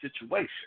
situation